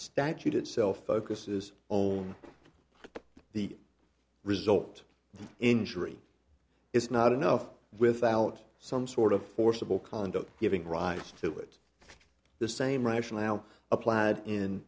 statute itself focuses on the result of the injury is not enough without some sort of forcible conduct giving rise to it the same rationale applied